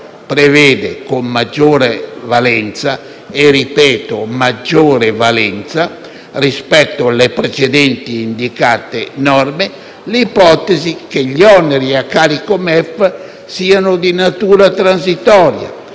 prevede, con maggiore valenza - lo sottolineo - rispetto alle precedenti indicate norme, l'ipotesi che gli oneri a carico del MEF siano di natura transitoria